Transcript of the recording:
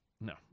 No